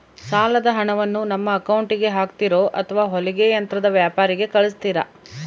ಸಾಲದ ಹಣವನ್ನು ನಮ್ಮ ಅಕೌಂಟಿಗೆ ಹಾಕ್ತಿರೋ ಅಥವಾ ಹೊಲಿಗೆ ಯಂತ್ರದ ವ್ಯಾಪಾರಿಗೆ ಕಳಿಸ್ತಿರಾ?